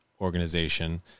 organization